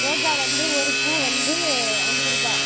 ரோஜா வந்து ஒரு பூ வந்து அஞ்சிரூபா